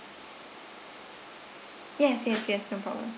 yes yes yes no problem